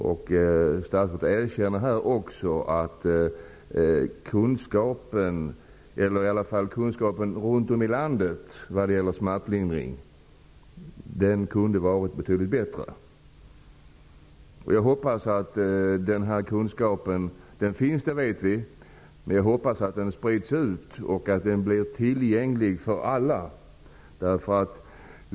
Statsrådet erkänner här också att kunskapen runt om i landet vad gäller smärtlindring kunde varit betydligt bättre. Vi vet att denna kunskap finns. Jag hoppas att den sprids ut och att den blir tillgänglig för alla.